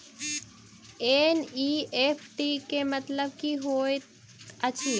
NEFT केँ मतलब की होइत अछि?